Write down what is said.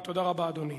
תודה רבה, אדוני.